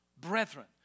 brethren